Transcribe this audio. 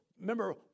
remember